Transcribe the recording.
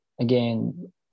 again